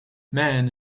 man